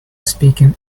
speaking